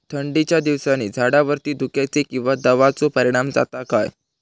थंडीच्या दिवसानी झाडावरती धुक्याचे किंवा दवाचो परिणाम जाता काय?